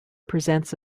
presents